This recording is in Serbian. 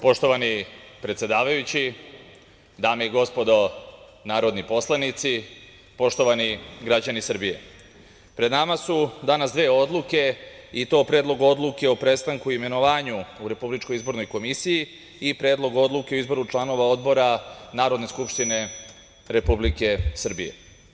Poštovani predsedavajući, dame i gospodo narodni poslanici, poštovani građani Srbije, pred nama su danas dve odluke, i to Predlog odluke o prestanku imenovanja u RIK i Predlog odluke o izboru članova odbora Narodne skupštine Republike Srbije.